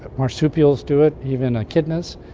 marsupials do it, even echidnas,